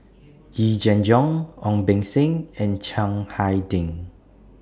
Yee Jenn Jong Ong Beng Seng and Chiang Hai Ding